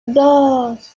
dos